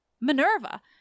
Minerva